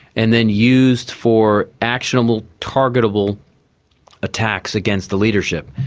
and then used for actionable, targetable attacks against the leadership.